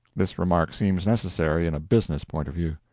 this remark seems necessary in a business point of view.